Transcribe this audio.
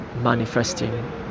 manifesting